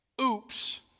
oops